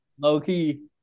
Low-key